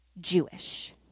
Jewish